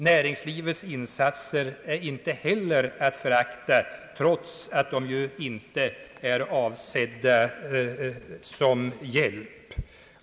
Näringslivets insatser är inte heller att förakta, trots att de ju inte är avsedda som hjälp.